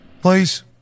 please